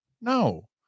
No